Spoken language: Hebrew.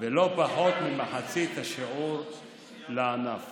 ולא פחות ממחצית השיעור לענף.